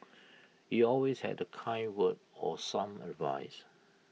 he always had A kind word or some advice